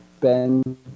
Ben